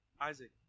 Isaac